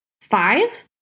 Five